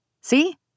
See